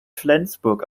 flensburg